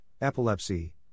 epilepsy